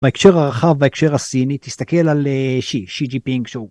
בהקשר הרחב וההקשר הסיני תסתכל על שי שי ג'יפינג שהוא.